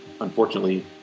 unfortunately